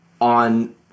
on